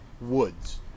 woods